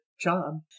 job